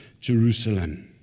Jerusalem